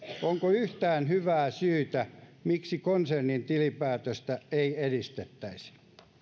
onko yhtään hyvää syytä miksi konsernitilinpäätöstä ei edistettäisi